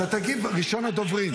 אתה תגיב, ראשון הדוברים.